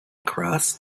across